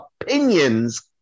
opinions